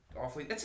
awfully